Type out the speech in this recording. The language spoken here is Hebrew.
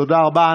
תודה רבה.